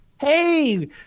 hey